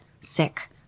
sick